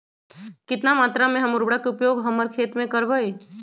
कितना मात्रा में हम उर्वरक के उपयोग हमर खेत में करबई?